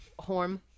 Horm